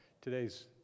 Today's